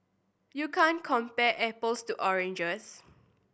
you can't compare apples to oranges